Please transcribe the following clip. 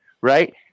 right